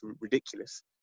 ridiculous